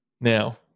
Now